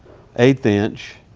eighth inch,